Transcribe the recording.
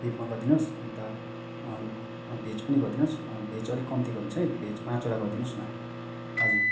बिफमा गरिदिनोस् अन्त भेज पनि गरिदिनोस् भेज अलिक कम्ती गरिदिनोस् है भेज पाँचवटा गरिदिनोस् न हजुर